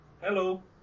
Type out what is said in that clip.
Hello